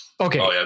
okay